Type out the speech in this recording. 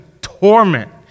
torment